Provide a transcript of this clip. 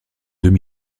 deux